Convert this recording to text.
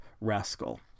Rascal